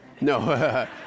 No